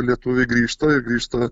lietuviai grįžta grįžta